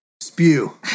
Spew